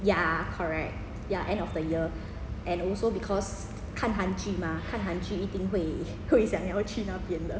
ya correct ya end of the year and also because 看韩剧吗看韩剧一定会想要去那边的